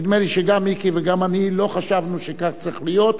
נדמה לי שגם מיקי וגם אני לא חשבנו שכך צריך להיות,